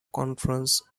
conference